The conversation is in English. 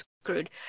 screwed